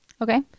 Okay